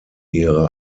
ihre